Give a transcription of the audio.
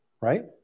right